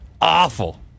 awful